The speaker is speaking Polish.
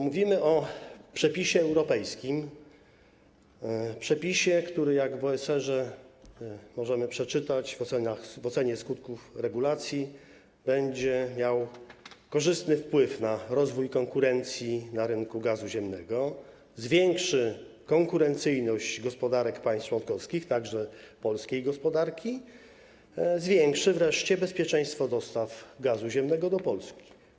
Mówimy o przepisie europejskim, przepisie, który będzie miał, jak możemy przeczytać w ocenie skutków regulacji, korzystny wpływ na rozwój konkurencji na rynku gazu ziemnego, zwiększy konkurencyjność gospodarek państw członkowskich, także polskiej gospodarki, zwiększy wreszcie bezpieczeństwo dostaw gazu ziemnego do Polski.